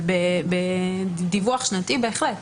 אבל בדיווח שנתי בהחלט.